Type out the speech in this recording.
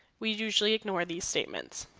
we usually, ignore these statements.